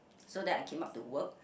so then I came out to work